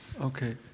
Okay